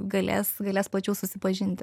galės galės plačiau susipažinti